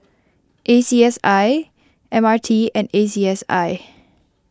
A C S I M R T and A C S I